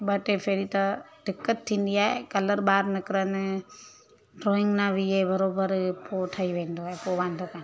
ॿ टे भेरा त दिक़त थींदी आहे कलर ॿाहिर निकरनि ड्रॉइंग न बिहे बराबरि पोइ ठही वेंदो आहे पोइ वांदो कोन्हे